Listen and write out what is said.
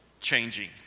changing